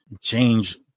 change